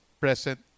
present